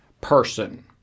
person